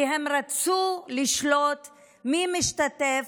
כי הם רצו לשלוט במי משתתף,